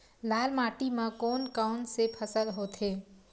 लाल माटी म कोन कौन से फसल होथे?